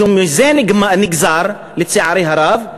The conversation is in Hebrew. מזה נגזרת, לצערי הרב,